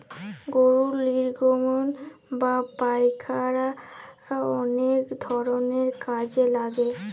গরুর লির্গমল বা পায়খালা অলেক ধরলের কাজে লাগে